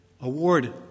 award